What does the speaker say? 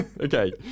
Okay